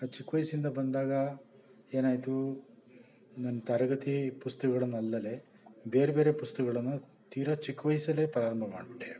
ಅದು ಚಿಕ್ಕ ವಯಸ್ಸಿಂದ ಬಂದಾಗ ಏನಾಯಿತು ನನ್ನ ತರಗತಿ ಪುಸ್ತಕಗಳನ್ನಲ್ಲದೇ ಬೇರೆ ಬೇರೆ ಪುಸ್ತಕಗಳನ್ನು ತೀರ ಚಿಕ್ಕ ವಯಸ್ಸಲ್ಲೇ ಪ್ರಾರಂಭ ಮಾಡಿಬಿಟ್ಟೆ